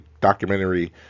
documentary